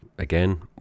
Again